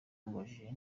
amubajije